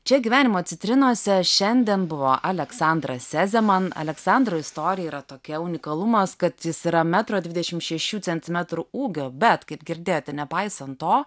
čia gyvenimo citrinose šiandien buvo aleksandras sezeman aleksandro istorija yra tokia unikalumas kad jis yra metro dvidešimt šešių centimetrų ūgio bet kaip girdėjote nepaisant to